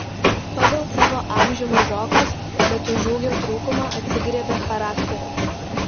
pagal savo amžių mažokas bet už ūgio trūkumą atsigriebia charakteriu